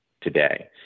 today